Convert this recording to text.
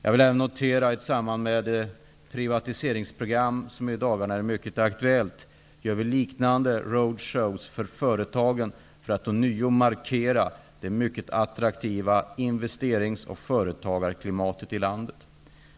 I samband med det privatiseringsprogram som är mycket aktuellt i dagarna gör vi liknande s.k. road shows för företagen, för att ånyo markera det mycket attraktiva investerings och företagarklimatet i landet.